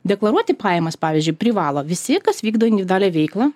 deklaruoti pajamas pavyzdžiui privalo visi kas vykdo individualią veiklą